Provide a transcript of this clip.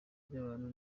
ry’abantu